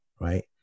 right